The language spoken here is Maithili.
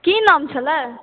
की नाम छलै